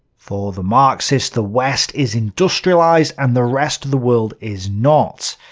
for the marxists, the west is industrialized, and the rest of the world is not.